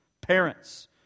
parents